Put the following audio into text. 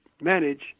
manage